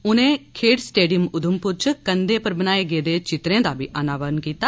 उनें खेड्ढ स्टेडियम उधमपुर च कंधें पर बनाए गेदे चित्रें दा बी अनावरण कीता